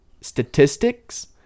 statistics